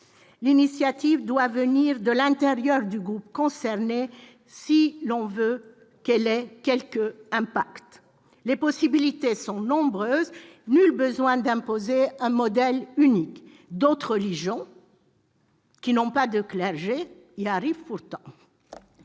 L'initiative doit venir de l'intérieur du groupe concerné si l'on veut qu'elle ait quelque impact. Les possibilités sont nombreuses, il n'est nul besoin d'imposer un modèle unique. Le cas d'autres religions n'ayant pas de clergé en témoigne.